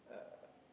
uh